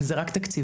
וזה רק תקציבים,